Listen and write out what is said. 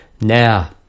now